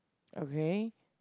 okay